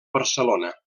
barcelona